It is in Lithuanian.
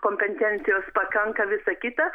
kompetencijos pakanka visa kita